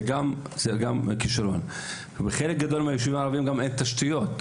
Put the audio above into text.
בחלק גדול מהיישובים הערבים אין גם תשתיות,